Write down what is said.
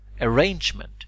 Arrangement